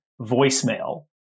voicemail